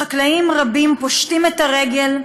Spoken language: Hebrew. חקלאים רבים פושטים את הרגל,